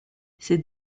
ces